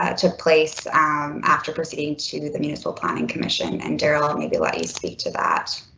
ah took place after proceeding to the municipal planning commission and darrell maybe let you speak to that.